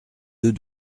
deux